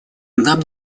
нам